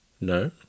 No